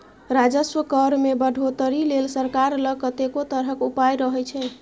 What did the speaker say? राजस्व कर मे बढ़ौतरी लेल सरकार लग कतेको तरहक उपाय रहय छै